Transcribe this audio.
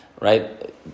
right